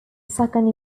second